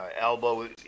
elbow